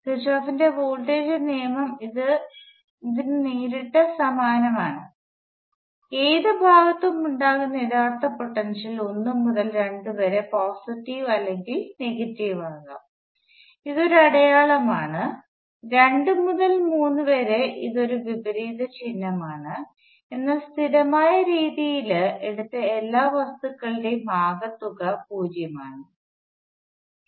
കിർചോഫിന്റെ വോൾട്ടേജ് നിയമം ഇതിന് നേരിട്ട് സമാനമാണ് ഏത് ഭാഗത്തും ഉണ്ടാകുന്ന യഥാർത്ഥ പൊട്ടൻഷ്യൽ 1 മുതൽ 2 വരെ പോസിറ്റീവ് അല്ലെങ്കിൽ നെഗറ്റീവ് ആകാം ഇത് ഒരു അടയാളമാണ് 2 മുതൽ 3 വരെ ഇത് ഒരു വിപരീത ചിഹ്നമാണ് എന്നാൽ സ്ഥിരമായ രീതിയിൽ എടുത്ത എല്ലാ വസ്തുക്കളുടെയും ആകെത്തുക 0 ആണ്